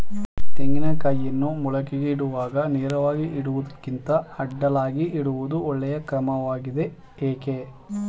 ತೆಂಗಿನ ಕಾಯಿಯನ್ನು ಮೊಳಕೆಗೆ ಇಡುವಾಗ ನೇರವಾಗಿ ಇಡುವುದಕ್ಕಿಂತ ಅಡ್ಡಲಾಗಿ ಇಡುವುದು ಒಳ್ಳೆಯ ಕ್ರಮವಾಗಿದೆ ಏಕೆ?